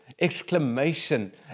exclamation